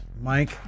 Mike